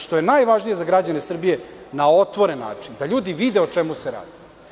Što je najvažnije za građane Srbije, na otvoren način, da ljudi vide o čemu se radi.